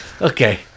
okay